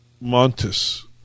Montes